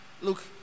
look